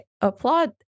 applaud